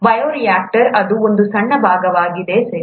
bioreactor ಅದರ ಒಂದು ಸಣ್ಣ ಭಾಗವಾಗಿದೆ ಸರಿ